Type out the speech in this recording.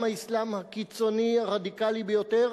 גם האסלאם הקיצוני הרדיקלי ביותר